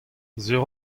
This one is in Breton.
sur